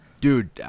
Dude